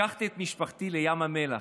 לקחתי את משפחתי לים המלח.